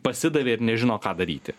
pasidavė ir nežino ką daryti